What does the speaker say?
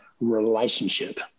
relationship